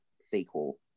sequel